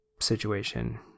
situation